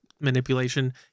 manipulation